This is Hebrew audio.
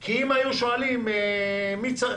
כי אם היו שואלים מי צריך